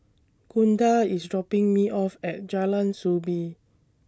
Gunda IS dropping Me off At Jalan Soo Bee